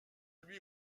lui